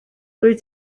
dwyt